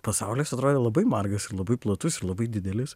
pasaulis atrodė labai margas ir labai platus ir labai didelis